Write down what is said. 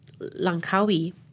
Langkawi